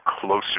closer